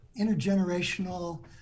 intergenerational